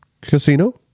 Casino